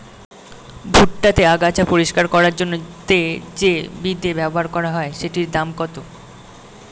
ভুট্টা তে আগাছা পরিষ্কার করার জন্য তে যে বিদে ব্যবহার করা হয় সেটির দাম কত?